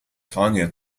tanya